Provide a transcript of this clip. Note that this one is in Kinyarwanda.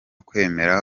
kwemera